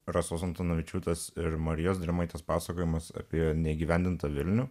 rasos antanavičiūtės ir marijos drėmaitės pasakojimas apie neįgyvendintą vilnių